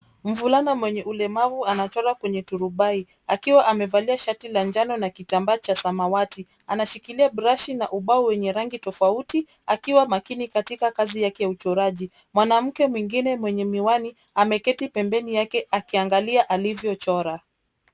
Mvulana mwenye ulemava anchora kwenye turubai akiwa amevalia shati la njano na kitambaa cha samawati. Anashikilia brashi na ubao wenye rangi tofauti akiwa makini katika kazi yake ya uchoraji. Mwanamke mwengine mwenye miwani ameketi pembeni yake akiangalia alivyochora.